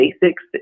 basics